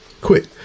quit